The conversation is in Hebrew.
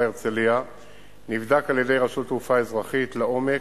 הרצלייה נבדק על-ידי רשות תעופה אזרחית לעומק,